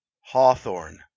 Hawthorne